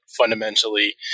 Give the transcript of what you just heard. fundamentally